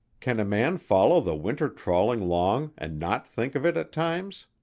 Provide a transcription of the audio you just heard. can a man follow the winter trawling long and not think of it at times?